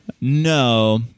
No